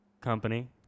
Company